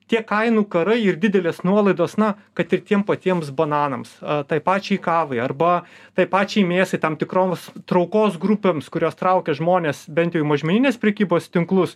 tie kainų karai ir didelės nuolaidos na kad ir tiem patiems bananams tai pačiai kavai arba tai pačiai mėsai tam tikroms traukos grupėms kurios traukia žmones bent jau į mažmeninės prekybos tinklus